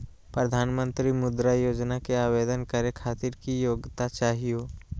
प्रधानमंत्री मुद्रा योजना के आवेदन करै खातिर की योग्यता चाहियो?